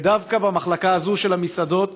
ודווקא במחלקה הזאת, של המסעדות,